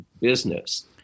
business